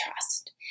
trust